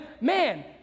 man